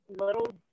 little